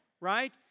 right